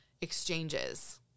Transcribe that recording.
exchanges